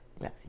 Yes